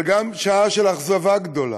אבל גם שעה של אכזבה גדולה: